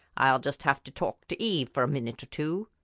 i'll just have to talk to eve for a minute or two.